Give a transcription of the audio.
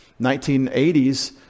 1980s